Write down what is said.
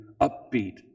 upbeat